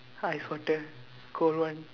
ice water cold one